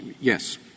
Yes